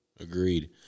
Agreed